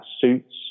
suits